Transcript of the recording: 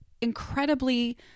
incredibly